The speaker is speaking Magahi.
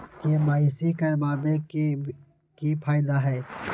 के.वाई.सी करवाबे के कि फायदा है?